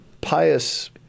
Pious